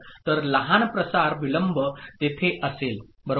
तर लहान प्रसार विलंब तेथे असेल बरोबर